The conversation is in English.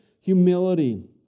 humility